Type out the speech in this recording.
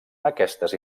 aquestes